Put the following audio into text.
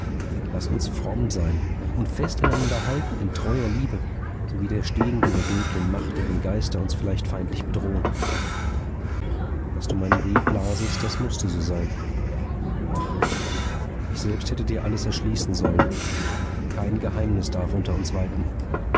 laß uns fromm sein und fest aneinander halten in treuer liebe so widerstehen wir der dunkeln macht deren geister uns vielleicht feindlich bedrohen daß du meinen brief lasest das mußte so sein ach ich selbst hätte dir alles erschließen sollen kein geheimnis darf unter uns walten